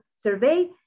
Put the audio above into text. survey